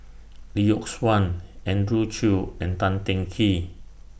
Lee Yock Suan Andrew Chew and Tan Teng Kee